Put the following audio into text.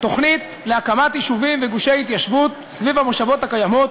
תוכנית להקמת יישובים וגושי התיישבות סביב המושבות הקיימות,